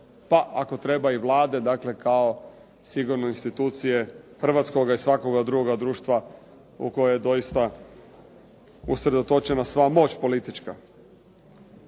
pa ako treba i Vlade kao sigurno institucije hrvatskoga i svakoga drugoga društva u koje je doista usredotočena sva moć politička.